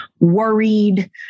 worried